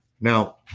Now